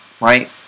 Right